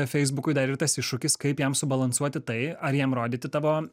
feisbukui dar ir tas iššūkis kaip jam subalansuoti tai ar jam rodyti tavo